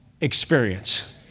experience